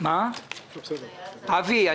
אבי,